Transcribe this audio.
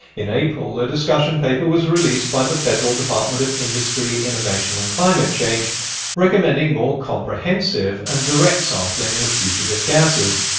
in april a discussion paper was released by the federal department of industry, innovation and climate change recommending more comprehensive and direct sampling of fugitive gases.